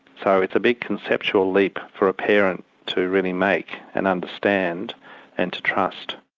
so it's a big conceptual leap for a parent to really make and understand and to trust.